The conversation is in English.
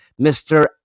mr